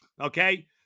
okay